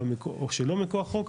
או שלא מכוח חוק,